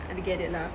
ah you get it lah